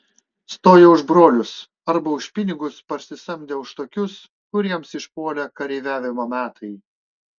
stojo už brolius arba už pinigus parsisamdę už tokius kuriems išpuolė kareiviavimo metai